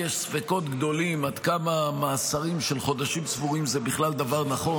לי יש ספקות גדולים עד כמה מאסרים של חודשים ספורים זה בכלל דבר נכון,